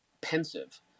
pensive